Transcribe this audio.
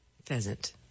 pheasant